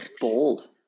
bold